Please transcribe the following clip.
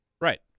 Right